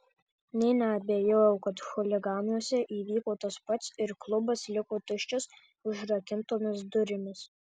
nė neabejojau kad chuliganuose įvyko tas pats ir klubas liko tuščias užrakintomis durimis